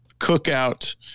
cookout